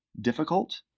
difficult